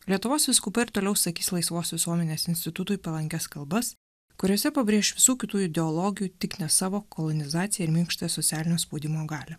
lietuvos vyskupai ir toliau sakys laisvos visuomenės institutui palankias kalbas kuriose pabrėš visų kitų ideologių tik ne savo kolonizaciją ir minkštą socialinio spaudimo galią